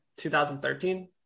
2013